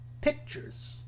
pictures